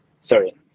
sorry